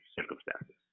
circumstances